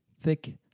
thick